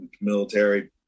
military